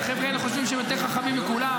החבר'ה האלה חושבים שהם יותר חכמים מכולם,